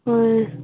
ꯍꯣꯏ